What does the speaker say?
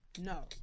No